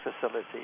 facility